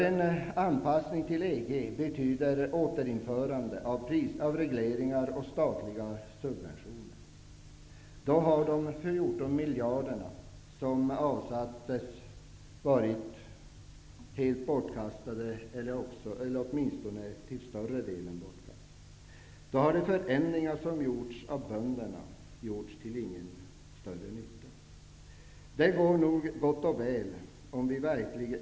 En anpassning till EG skulle innebära ett återinförande av regleringar och statliga subventioner. Då har de 14 miljarderna som avsattes varit helt, eller åtminstone till större delen, bortkastade. Då har de förändringar som gjorts av bönderna gjorts till ingen större nytta.